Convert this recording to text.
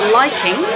liking